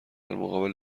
مقابل